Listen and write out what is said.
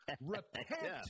repent